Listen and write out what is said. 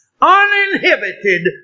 Uninhibited